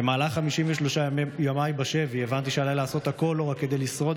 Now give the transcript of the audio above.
במהלך 53 ימיי בשבי הבנתי שעליי לעשות הכול לא רק כדי לשרוד,